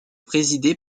présidé